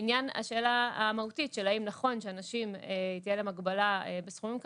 לעניין השאלה המהותית של האם נכון שלאנשים תהיה הגבלה בסכומים האלה?